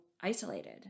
isolated